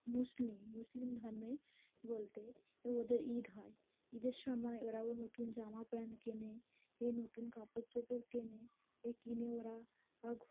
মুসলিম মুসলিম ধর্মে বলতে ওদের ঈদ হয় ঈদের সময় ওরা ও নতুন জামা প্যান্ট কেনে এ নতুন কাপড় চোপড় কেনে এ কিনে ওরা